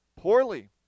poorly